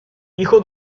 hijo